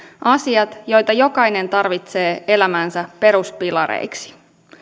asiat joita jokainen tarvitsee elämäänsä peruspilareiksi